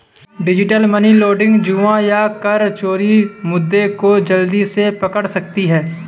digital money laundering, जुआ या कर चोरी मुद्दे को जल्दी से पकड़ सकती है